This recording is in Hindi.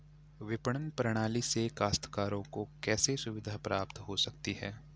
विपणन प्रणाली से काश्तकारों को कैसे सुविधा प्राप्त हो सकती है?